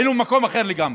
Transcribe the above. היינו במקום אחר לגמרי.